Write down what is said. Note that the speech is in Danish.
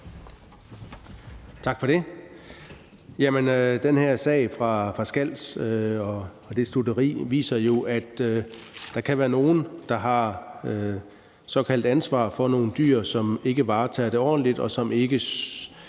Tak for det.